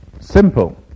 Simple